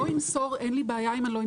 לא ימסור, אין לי בעיה עם זה.